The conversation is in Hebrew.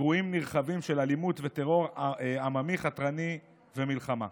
אירועים נרחבים של אלימות וטרור עממי חתרני ומלחמה.